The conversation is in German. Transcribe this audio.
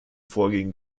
vorgängen